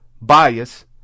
bias